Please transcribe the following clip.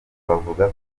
bavuga